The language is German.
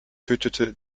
tötete